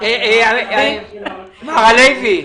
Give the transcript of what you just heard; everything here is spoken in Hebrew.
מר הלוי,